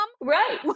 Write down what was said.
right